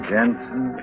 Jensen